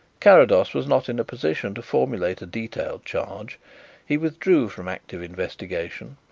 carrados was not in a position to formulate a detailed charge he withdrew from active investigation,